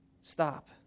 Stop